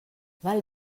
val